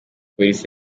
polisi